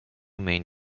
main